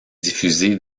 diffusé